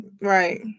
Right